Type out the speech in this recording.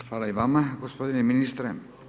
Hvala i vama gospodine ministre.